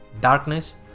darkness